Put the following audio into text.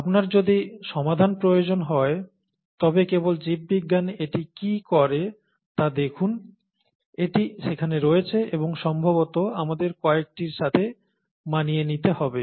আপনার যদি সমাধান প্রয়োজন হয় তবে কেবল জীববিজ্ঞান এটি কী করে তা দেখুন এটি সেখানে রয়েছে এবং সম্ভবত আমাদের কয়েকটির সাথে মানিয়ে নিতে হবে